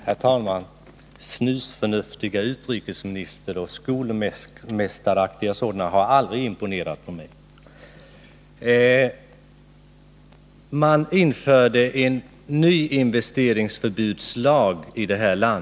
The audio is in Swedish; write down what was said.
Herr talman! Snusförnuftiga utrikesministrar eller skolmästaraktiga sådana har aldrig imponerat på mig. Man införde en nyinvesteringsförbudslag.